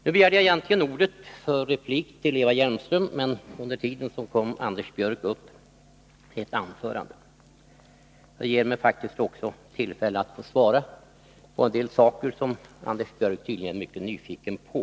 Nu begärde jag egentligen ordet för replik till Eva Hjelmström, men under tiden kom Anders Björck upp i ett anförande. Det ger mig tillfälle att svara på en del saker som Anders Björck är mycket nyfiken på.